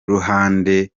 ruhande